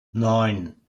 neun